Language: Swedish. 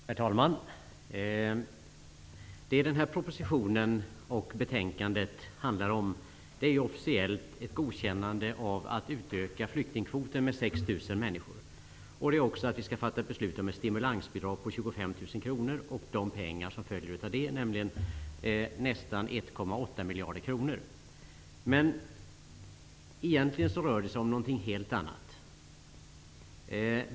Herr talman! Det den här propositionen och det här betänkandet handlar om är officiellt ett godkännande av en utökning av flyktingkvoten med 6 000 människor. Riksdagen skall också fatta beslut om ett stimulansbidrag på 25 000 kr och den kostnad som följer av det, nämligen nästan 1,8 Men egentligen handlar det här om något helt annat.